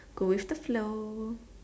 go with the flow